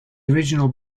original